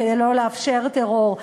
כדי לא לאפשר טרור.